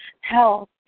health